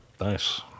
Nice